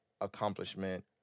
accomplishment